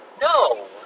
No